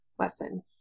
lesson